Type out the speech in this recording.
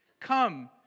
come